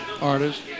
artist